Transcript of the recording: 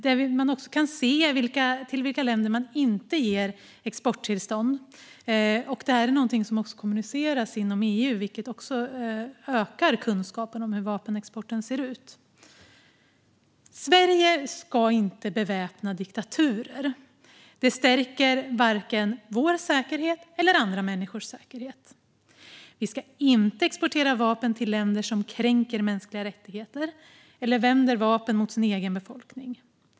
Det går också att se till vilka länder man inte ger exporttillstånd. Detta är någonting som även kommuniceras inom EU, vilket ökar kunskapen om hur vapenexporten ser ut. Vi i Sverige ska inte beväpna diktaturer; det stärker varken vår säkerhet eller andra människors säkerhet. Vi ska inte exportera vapen till länder som kränker mänskliga rättigheter eller vänder vapen mot sin egen befolkning.